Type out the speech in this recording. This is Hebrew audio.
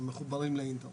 מחוברים לאינטרנט,